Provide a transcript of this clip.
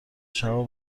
شبا